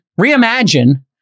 reimagine